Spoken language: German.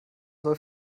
soll